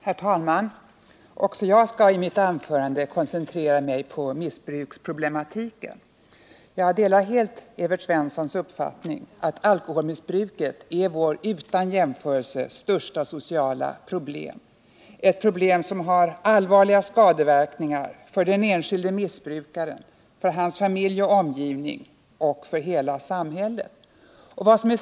Herr talman! Också jag skall i mitt anförande koncentrera mig på missbruksproblematiken. Jag delar helt Evert Svenssons uppfattning att alkoholmissbruket är vårt utan jämförelse största sociala problem, ett problem som har allvarliga skadeverkningar för den enskilde missbrukaren, hans familj och omgivning och för hela samhället.